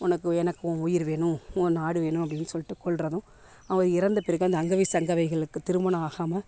உனக்கும் எனக்கும் உயிர் வேணும் உன் நாடு வேணும் அப்படினு சொல்லிட்டு கொல்வதும் அவர் இறந்த பிறகு அந்த அங்கவை சங்கவைகளுக்கு திருமணம் ஆகாமல்